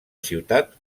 ciutat